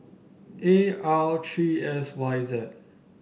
A R three S Y Z